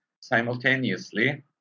simultaneously